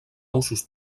usos